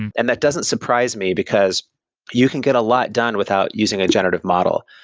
and and that doesn't surprise me, because you can get a lot done without using a generative model.